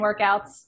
workouts